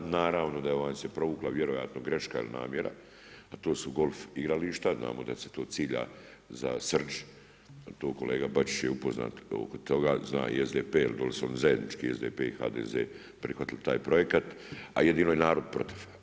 Naravno da vam se provukla vjerojatno greška ili namjera, a to su golf igrališta, znamo da se to cilja za Srđ to kolega Bačić je upoznat oko toga, zna i SDP jel dolje su oni zajednički SDP i HDZ prihvatili taj projekat, ali jedino je narod protiv.